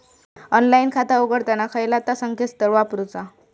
Online खाता उघडताना खयला ता संकेतस्थळ वापरूचा?